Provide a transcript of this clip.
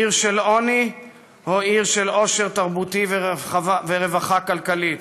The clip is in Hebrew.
עיר של עוני או עיר של עושר תרבותי ורווחה כלכלית,